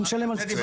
ולכן?